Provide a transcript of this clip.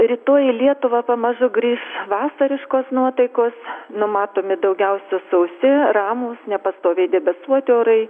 rytoj į lietuvą pamažu grįš vasariškos nuotaikos numatomi daugiausia sausi ramūs nepastoviai debesuoti orai